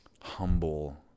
humble